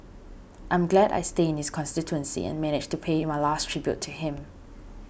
I'm glad I stay in his constituency and managed to pay my last tribute to him